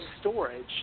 storage